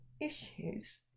issues